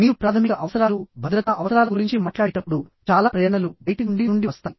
మీరు ప్రాథమిక అవసరాలు భద్రతా అవసరాల గురించి మాట్లాడేటప్పుడు చాలా ప్రేరణలు బయటి నుండి నుండి వస్తాయి